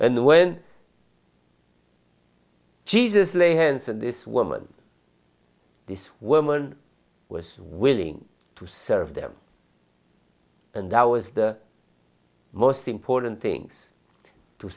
and when jesus lay hands on this woman this woman was willing to serve them and that was the most important things to